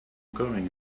going